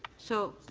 so